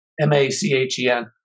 M-A-C-H-E-N